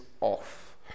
off